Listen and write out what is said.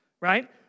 Right